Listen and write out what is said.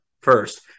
first